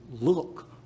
look